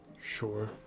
Sure